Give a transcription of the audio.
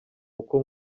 uko